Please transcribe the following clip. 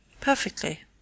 Perfectly